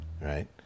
right